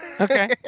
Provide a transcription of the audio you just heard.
Okay